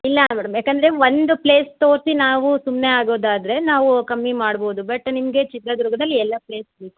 ಇಲ್ಲ ಮೇಡಮ್ ಯಾಕಂದರೆ ಒಂದು ಪ್ಲೇಸ್ ತೋರಿಸಿ ನಾವು ಸುಮ್ಮನೆ ಆಗೋದಾದ್ರೆ ನಾವು ಕಮ್ಮಿ ಮಾಡ್ಬೌದು ಬಟ್ ನಿಮಗೆ ಚಿತ್ರದುರ್ಗದಲ್ಲಿ ಎಲ್ಲ ಪ್ಲೇಸ್ ಬೇಕು